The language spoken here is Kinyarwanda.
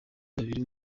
babiri